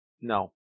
No